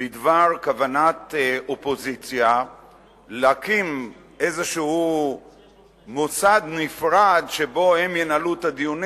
בדבר כוונת אופוזיציה להקים איזה מוסד נפרד שבו הם ינהלו את הדיונים.